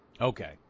Okay